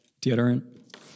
deodorant